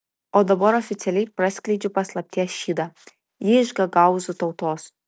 o dabar oficialiai praskleidžiu paslapties šydą ji iš gagaūzų tautos